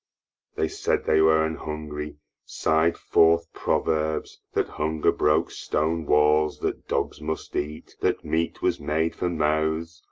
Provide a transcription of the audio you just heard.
they said they were an-hungry sigh'd forth proverbs that hunger broke stone walls, that dogs must eat, that meat was made for mouths,